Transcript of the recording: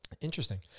Interesting